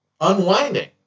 unwinding